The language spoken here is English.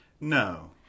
no